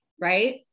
Right